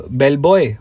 bellboy